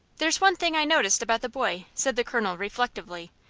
there's one thing i noticed about the boy, said the colonel, reflectively.